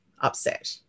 upset